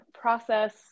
process